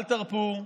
אל תרפו.